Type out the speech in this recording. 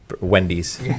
Wendy's